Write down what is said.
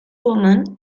woman